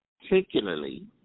particularly